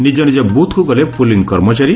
ନିଜ ନିଜ ବୁଥକୁ ଗଲେ ପୁଲିଂ କର୍ମଚାରୀ